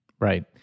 Right